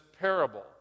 parable